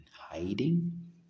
hiding